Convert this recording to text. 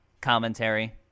commentary